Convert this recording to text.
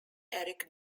eric